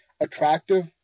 attractive